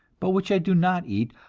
but which i do not eat,